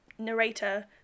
narrator